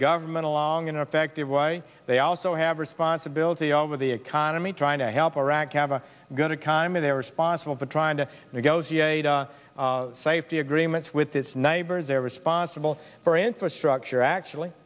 government along in an affective way they also have responsibility over the economy trying to help iraq have a good economy they're responsible for trying to negotiate safety agreements with its neighbors are responsible for infrastructure actually